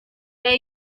where